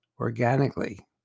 organically